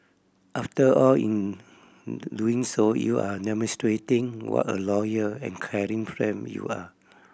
after all in doing so you are demonstrating what a loyal and caring friend you are